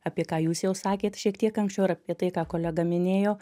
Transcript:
apie ką jūs jau sakėt šiek tiek anksčiau ir apie tai ką kolega minėjo